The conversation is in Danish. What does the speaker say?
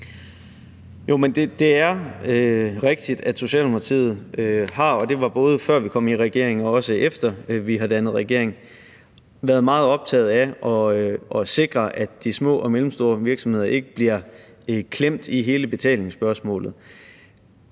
det er rigtigt, at Socialdemokratiet – og det var både, før vi kom i regering, og efter vi har dannet regering – har været meget optaget af at sikre, at de små og mellemstore virksomheder ikke bliver klemt i hele betalingsspørgsmålet.